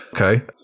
Okay